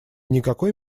никакой